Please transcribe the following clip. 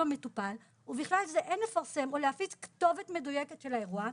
המטופל ובכלל זה אין לפרסם או להפיץ כתובת מדויקת של האירוע,